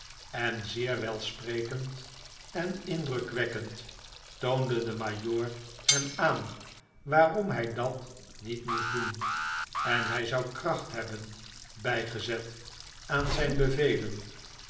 en zeer welsprekend en indrukwekkend toonde de majoor hem aan waarom hij dat niet moest doen en hij zou kracht hebben bijgezet aan zijn bevelen